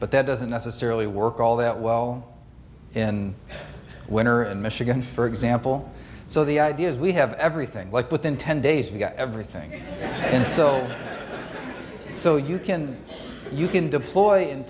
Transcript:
but that doesn't necessarily work all that well in winter and michigan for example so the idea is we have everything like within ten days we've got everything in so so you can you can deploy and